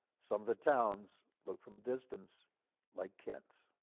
some of the towns looked from a distance like kent.